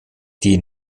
die